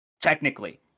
technically